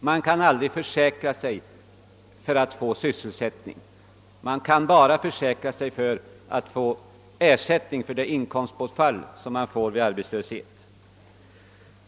Man kan aldrig försäkra sig för att få sysselsättning — man kan bara försäkra sig för att få ersättning för det inkomstbortfall som man drabbas av vid arbetslöshet.